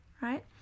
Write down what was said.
right